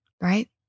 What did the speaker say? right